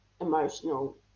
emotional